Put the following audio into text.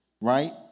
right